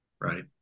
right